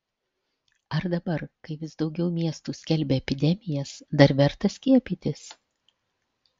ar dabar kai vis daugiau miestų skelbia epidemijas dar verta skiepytis